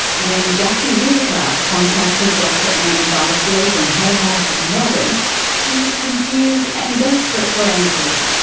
when jacki whittaker contacted dr anne bardsley from her house in melbourne she was confused and desperate for answers.